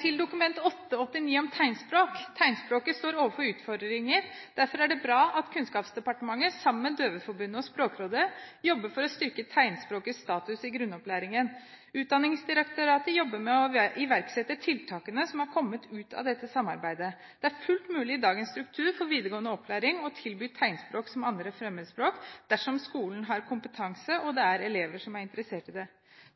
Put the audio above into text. Til Dokument 8:89 S om tegnspråk: Tegnspråket står overfor utfordringer. Derfor er det bra at Kunnskapsdepartementet sammen med Norges Døveforbund og Språkrådet jobber for å styrke tegnspråkets status i grunnopplæringen. Utdanningsdirektoratet jobber med å iverksette tiltakene som er kommet ut av dette samarbeidet. Det er fullt mulig i dagens struktur for videregående opplæring å tilby tegnspråk som 2. fremmedspråk dersom skolen har kompetanse og det er elever som er interessert i det.